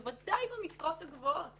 בוודאי במשרות הגבוהות.